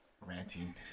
Ranting